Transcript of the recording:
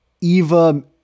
Eva